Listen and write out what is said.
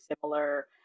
similar